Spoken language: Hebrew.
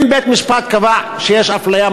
אם בית-משפט קבע שיש אפליה,